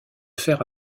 faire